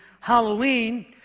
Halloween